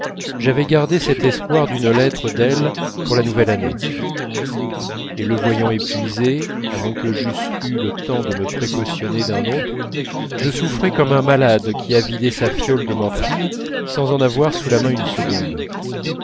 j'avais gardé cet espoir d'une lettre d'elle pour la nouvelle année et le voyant épuisé avant que j'eusse eu le temps de me précautionner d'un autre je souffrais comme un malade qui a vidé sa fiole de morphine sans en avoir sous la main une seconde